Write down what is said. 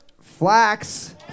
Flax